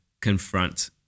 confront